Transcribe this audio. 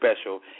special